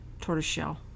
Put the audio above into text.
tortoiseshell